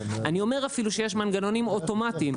אני אומר, אפילו, שיש מנגנונים אוטומטיים.